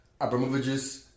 Abramovich's